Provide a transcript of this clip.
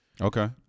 Okay